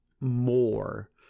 more